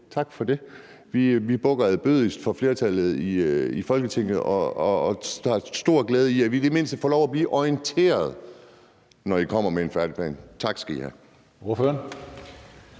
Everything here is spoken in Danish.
Tak for det. Vi bukker ærbødigst for flertallet i Folketinget og finder stor glæde i, at vi i det mindste får lov til at blive orienteret, når I kommer med en færdig plan. Tak skal I have.